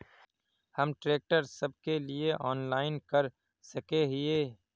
हम ट्रैक्टर सब के लिए ऑनलाइन कर सके हिये?